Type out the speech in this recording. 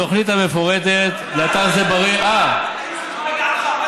התוכנית המפורטת לאתר שדה בריר, אני סומך על דעתך.